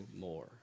more